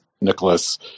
Nicholas